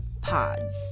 pods